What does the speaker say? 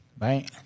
right